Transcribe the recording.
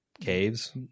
Caves